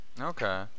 Okay